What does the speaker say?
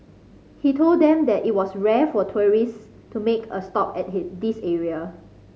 he told them that it was rare for tourists to make a stop at he this area